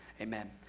Amen